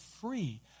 free